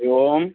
हरिः ओम्